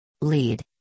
LEAD